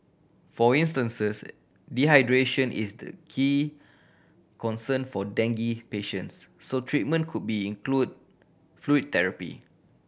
for instances dehydration is the key concern for dengue patients so treatment could be include fluid therapy